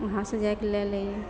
वहाँ से जाइके लै लए हियै